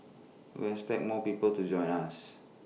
we expect more people to join us